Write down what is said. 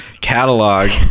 catalog